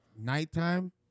nighttime